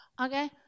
Okay